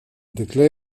dekle